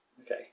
Okay